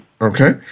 Okay